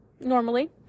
normally